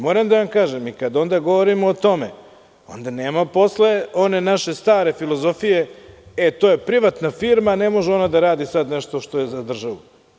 Moram da vam kažem i kada govorimo o tome, posle one naše stare filozofije – e to je privatna firma, ne može ona sada da radi nešto što je za državu.